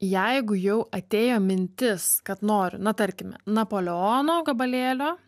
jeigu jau atėjo mintis kad noriu na tarkime napoleono gabalėlio